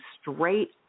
straight